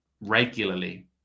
regularly